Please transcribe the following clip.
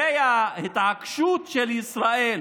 הרי ההתעקשות של ישראל